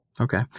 Okay